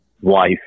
wife